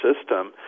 system